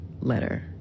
letter